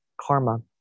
karma